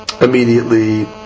immediately